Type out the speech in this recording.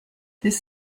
this